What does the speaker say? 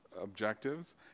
objectives